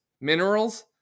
minerals